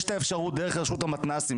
יש את האפשרות דרך רשות המתנ"סים,